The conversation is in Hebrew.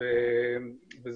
אני חושב שכך צריך לחשוב.